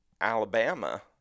Alabama